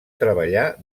treballar